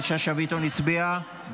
נפגעי מלחמה